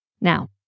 Now